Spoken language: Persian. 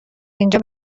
اینجا